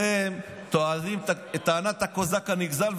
אתם טוענים את טענת הקוזק הנגזל,